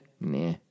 Nah